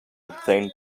obtain